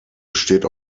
besteht